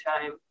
time